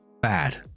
Bad